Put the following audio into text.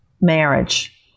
marriage